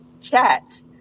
chat